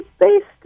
Based